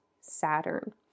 Saturn